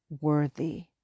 worthy